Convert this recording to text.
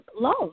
love